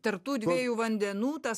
tarp tų dviejų vandenų tas